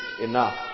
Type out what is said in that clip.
enough